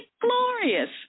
glorious